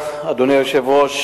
אדוני היושב-ראש,